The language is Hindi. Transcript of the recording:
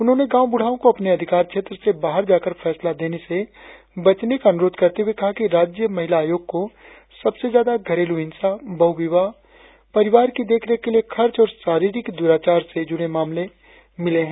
उन्होंने गांव बुढ़ाओं को अपने अधिकार क्षेत्र से बाहर जाकर फैसला देने से बचने का अनुरोध करते हुए कहा कि राज्य महिला आयोग को सबसे ज्यादा घरेलू हिंसा बहुविवाह परिवार की देख रेख के लिए खर्च और शारीरिक दुराचार से जुड़े मामले मिले है